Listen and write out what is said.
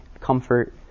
comfort